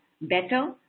better